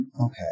Okay